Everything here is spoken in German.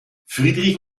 friedrich